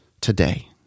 today